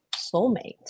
soulmate